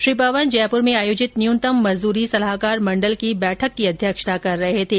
श्री पवन जयपुर में आयोजित न्यूनतम मजदूरी सलाहकार मंडल की बैठक की अध्यक्षता कर रहे थे